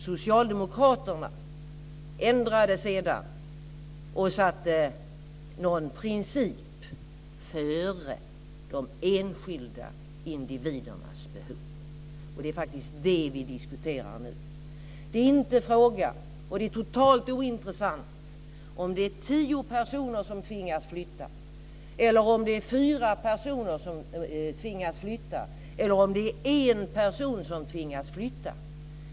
Socialdemokraterna ändrade det sedan och satte någon princip före de enskilda individernas behov. Det är det vi diskuterar nu. Det är totalt ointressant om det är tio personer som tvingas flytta, om det är fyra personer som tvingas flytta eller om det är en person som tvingas flytta.